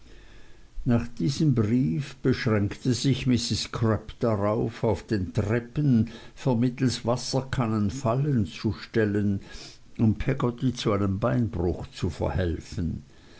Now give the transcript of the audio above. nach diesem brief beschränkte sich mrs crupp darauf auf den treppen vermittelst wasserkannen fallen zu stellen um peggotty zu einem beinbruch zu verhelfen